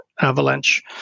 avalanche